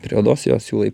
prie odos jo siūlai